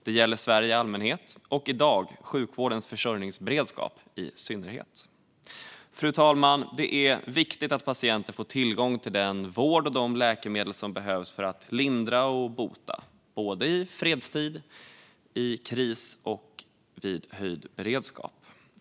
Det gäller Sverige i allmänhet och i dag sjukvårdens försörjningsberedskap i synnerhet. Fru talman! Det är viktigt att patienter får tillgång till den vård och de läkemedel som behövs för att lindra och bota, både i fredstid, i kris och vid höjd beredskap.